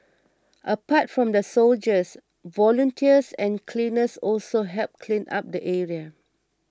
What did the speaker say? apart from the soldiers volunteers and cleaners also helped clean up the area